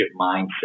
mindset